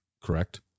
correct